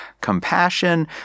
compassion